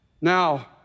Now